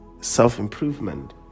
self-improvement